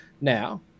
now